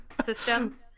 system